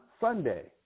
Sunday